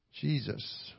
Jesus